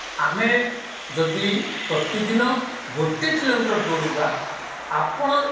ଆମେ ଯଦି ପ୍ରତିଦିନ ଗୋଟେ କିଲୋମିଟର୍ ଦୌଡ଼ିବା ଆପଣ